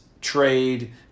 trade